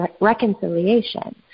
reconciliation